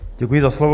Děkuji za slovo.